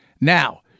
Now